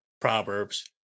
proverbs